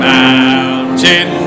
mountain